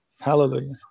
Hallelujah